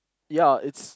yeah it's